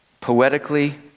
poetically